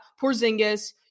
Porzingis